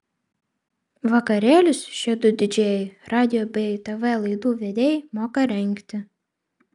vakarėlius šie du didžėjai radijo bei tv laidų vedėjai moka rengti